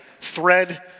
thread